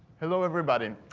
hello everybody.